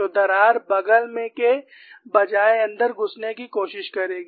तो दरार बग़ल में के बजाय अंदर घुसने की कोशिश करेगी